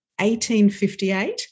1858